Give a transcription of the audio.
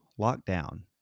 lockdown